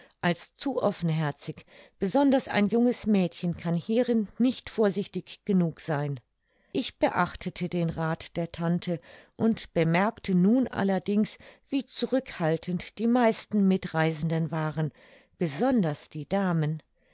als zu offenherzig besonders ein junges mädchen kann hierin nicht vorsichtig genug sein ich beachtete den rath der tante und bemerkte nun allerdings wie zurückhaltend die meisten mitreisenden waren besonders die damen